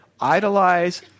Idolize